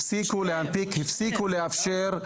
הפסיקו לאפשר.